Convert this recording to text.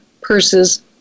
Purses